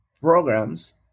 programs